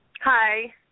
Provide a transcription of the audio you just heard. Hi